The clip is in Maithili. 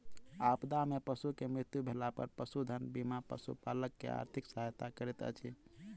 आपदा में पशु के मृत्यु भेला पर पशुधन बीमा पशुपालक के आर्थिक सहायता करैत अछि